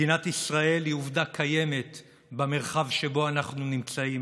מדינת ישראל היא עובדה קיימת במרחב שבו אנחנו נמצאים.